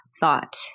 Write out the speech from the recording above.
Thought